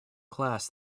class